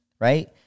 right